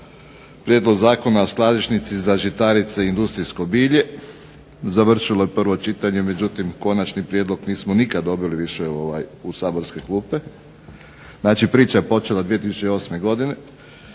prijedlog zakona o skladišnici za žitarice i industrijsko bilje, završilo je prvo čitanje, međutim, Konačni prijedlog nismo nikada više dobili u Saborske klupe, znači priča je počela 2008. Godine.